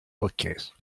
bookcase